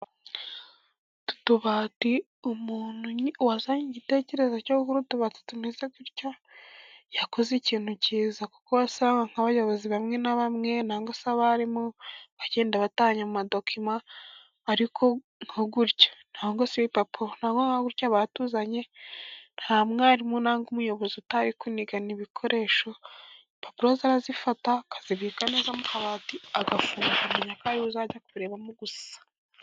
Utu tubati, umuntu wazanye igitekerezo cyo gukora utubata tumeze dutya, yakoze ikintu cyiza, kuko wasangaga nk'abayobozi bamwe na bamwe nangwa se abarimu bagenda babatanye amadokima, ariko nka gutya, cyangwa se ibipapuro, cyangwa nka gutya batuzanye, nta mwarimu cyangwa umuyobozi utaha ari kunigana ibikoresho, impapuro ze arazifata akazibika neza mu kabati agafunga, akamenya ko ari we uzajya kurebamo gusa.